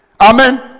Amen